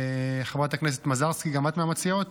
חברת הכנסת מזרסקי, גם את מהמציעות?